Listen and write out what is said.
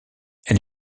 elle